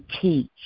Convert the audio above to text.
teach